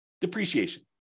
depreciation